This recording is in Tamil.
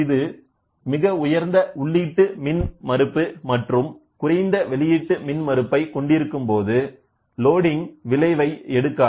இது மிக உயர்ந்த உள்ளிட்டு மின்மறுப்பு மற்றும் குறைந்த வெளியீட்டு மின் மறுப்பை கொண்டிருக்கும்போது லோடிங் விளைவை எடுக்காது